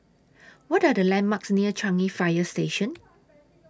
What Are The landmarks near Changi Fire Station